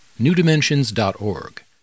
newdimensions.org